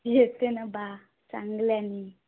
येते ना बा चांगली आणि